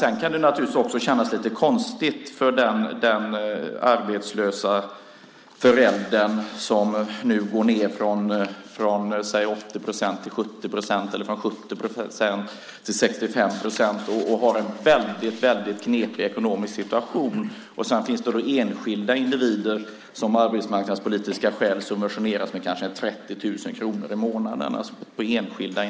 Sedan kan det naturligtvis kännas lite konstigt för den arbetslösa föräldern som nu går ned från 80 till 70 procent eller från 70 till 65 procent och har en väldigt knepig ekonomisk situation att det finns enskilda individer som av arbetsmarknadspolitiska skäl subventioneras med kanske 30 000 kronor i månaden.